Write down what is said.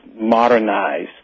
modernize